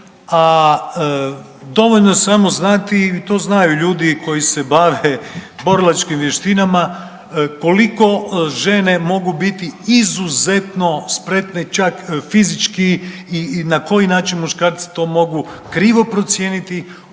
a dovoljno je samo znati i to znaju ljudi koji se bave borilačkim vještinama koliko žene mogu biti izuzetno spretne čak fizički i na koji način muškarci to mogu krivo procijeniti,